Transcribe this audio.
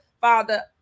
Father